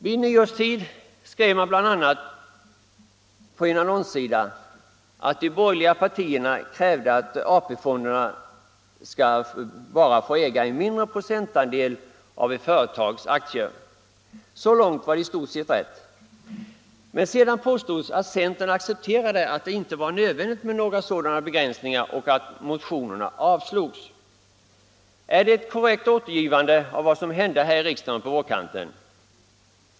Vid nyårstid skrev man bl.a. på en annonssida, att de borgerliga partierna krävde att AP-fonderna skall bara få äga en mindre procentandel av ett företags aktier. Så långt var det i stort sett rätt. Men sedan påstods att centern accepterade att det inte var nödvändigt med några sådana begränsningar och att motionerna avslogs. Är det ett korrekt återgivande av vad som hände här i riksdagen på vårkanten i fjol?